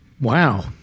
Wow